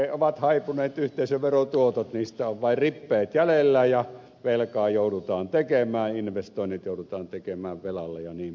melkein ovat haipuneet yhteisöverotuotot niistä on vain rippeet jäljellä ja velkaa joudutaan tekemään investoinnit joudutaan tekemään velalla jnp